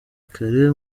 kare